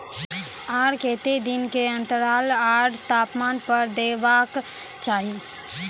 आर केते दिन के अन्तराल आर तापमान पर देबाक चाही?